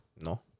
No